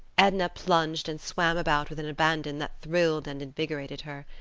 edna plunged and swam about with an abandon that thrilled and invigorated her.